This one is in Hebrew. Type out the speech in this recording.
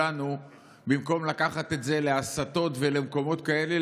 ובמקום לקחת את זה להסתות ולמקומות כאלה,